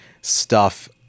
stuff-